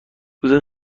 روز